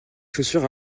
chaussures